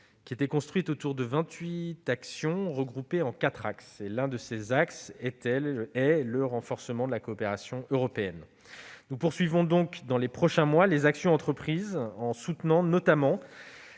intitulée, construite autour de vingt-huit actions regroupées en quatre axes, dont le renforcement de la coopération européenne. Nous poursuivrons donc, dans les prochains mois, les actions entreprises, en soutenant notamment